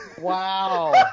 Wow